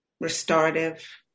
restorative